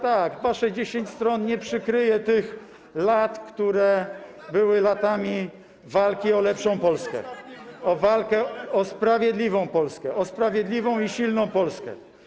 Tak, tak, wasze 10 stron nie przykryje tych lat, które były latami walki o lepszą Polskę, walki o sprawiedliwą Polskę, o sprawiedliwą i silną Polskę.